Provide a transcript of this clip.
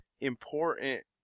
important